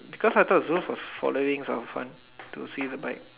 because I thought Zul was following Zafran to see the bike